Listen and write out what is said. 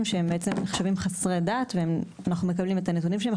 שהם בעצם נחשבים חסרי דת ואנחנו מקבלים את הנתונים שלהם.